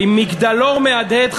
היא מגדלור מהדהד.